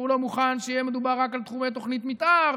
והוא לא מוכן שיהיה מדובר רק על תחומי תוכנית מתאר,